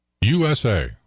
USA